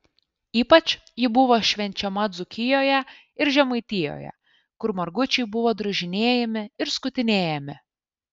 ypač ji buvo švenčiama dzūkijoje ir žemaitijoje kur margučiai buvo drožinėjami ir skutinėjami